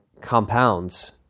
compounds